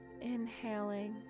Inhaling